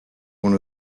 one